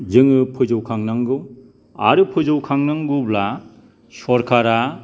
जोङो फोजौ खांनांगौ आरो फोजौ खांनांगौब्ला सरकारा